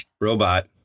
Robot